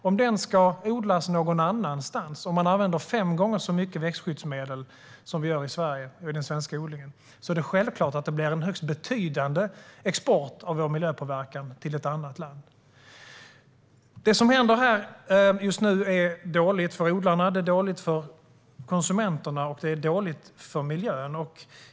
Om den ska odlas någon annanstans och man där använder fem gånger så mycket växtskyddsmedel som vi gör i Sverige i den svenska odlingen är det självklart att det blir en högst betydande export av vår miljöpåverkan till ett annat land. Det som händer just nu är dåligt för odlarna, det är dåligt för konsumenterna och det är dåligt för miljön.